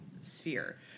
sphere